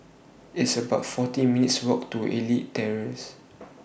It's about forty minutes' Walk to Elite Terrace